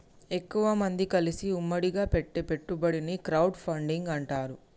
ఎక్కువమంది కలిసి ఉమ్మడిగా పెట్టే పెట్టుబడిని క్రౌడ్ ఫండింగ్ అంటారు